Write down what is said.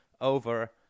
over